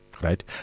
Right